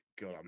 God